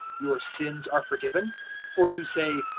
your sins are forgiven or to say,